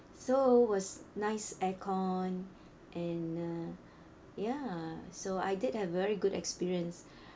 so was nice aircon and uh ya so I did have very good experience